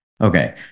Okay